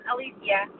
Alicia